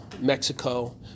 Mexico